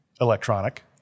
electronic